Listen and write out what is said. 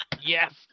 Yes